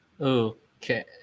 Okay